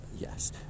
yes